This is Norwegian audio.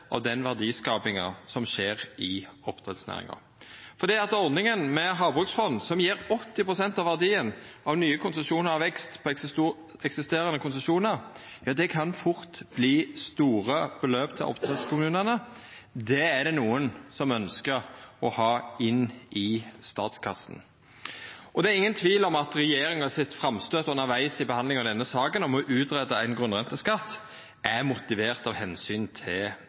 av den verdiskapinga som skjer i oppdrettsnæringa. Ordninga med havbruksfond som gjev 80 pst. av verdien av nye konsesjonar og veksten på eksisterande konsesjonar, kan fort verta store beløp til oppdrettskommunane. Det er det nokon som ønskjer å ha inn i statskassa. Det er ingen tvil om at regjeringa sitt framstøyt undervegs i behandlinga av denne saka om å utgreia ein grunnrenteskatt, er motivert av omsyn til